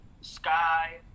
Sky